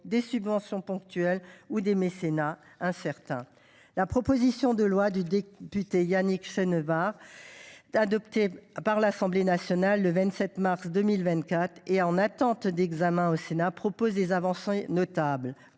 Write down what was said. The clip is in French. des subventions ponctuelles ou des mécénats incertains. La proposition de loi de notre collègue député Yannick Chenevard, adoptée par l’Assemblée nationale le 27 mars 2024 et en attente d’examen au Sénat, contient des avancées notables,